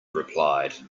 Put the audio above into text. replied